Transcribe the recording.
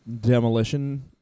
demolition